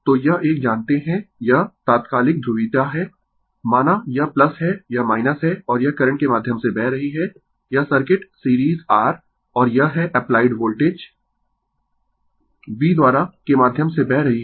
तो यह एक जानते है यह तात्कालिक ध्रुवीयता है माना यह है यह - है और यह करंट के माध्यम से बह रही है यह सर्किट सीरीज R और यह है एप्लाइड वोल्टेज V द्वारा के माध्यम से बह रही है